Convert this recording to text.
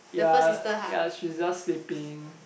ya ya she's just sleeping